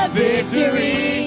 victory